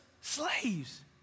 slaves